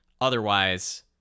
Otherwise